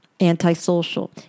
Antisocial